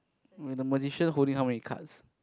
mm the magician holding how many cards